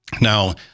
Now